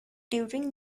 during